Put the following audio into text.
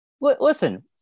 listen